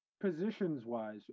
Positions-wise